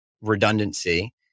redundancy